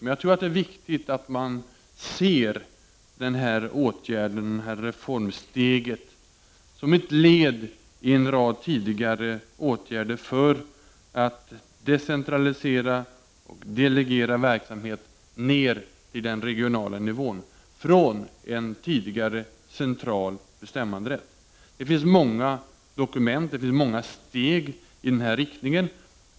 Men jag tror att det är viktigt att man ser den här åtgärden, det här reformsteget, som ett led i en rad åtgärder för att decentralisera och delegera verksamhet ner till den regionala nivån från en tidigare central bestämmanderätt. Det finns många steg i den här riktningen.